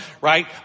right